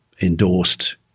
endorsed